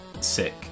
sick